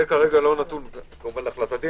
זה לא נתון להחלטתי.